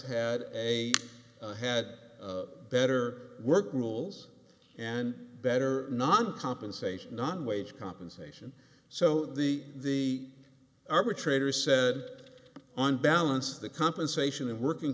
had a had better work rules and better non compensation not wage compensation so the arbitrator said on balance the compensation and working